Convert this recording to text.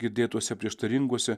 girdėtuose prieštaringuose